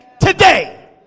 today